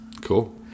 Cool